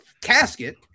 casket